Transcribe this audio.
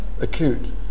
acute